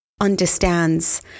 understands